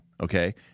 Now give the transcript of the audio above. Okay